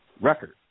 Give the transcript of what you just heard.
record